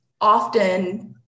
often